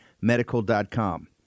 Medical.com